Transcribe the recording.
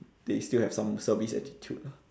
they still have some service attitude ah